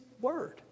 word